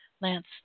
Lance